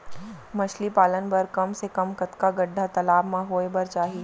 मछली पालन बर कम से कम कतका गड्डा तालाब म होये बर चाही?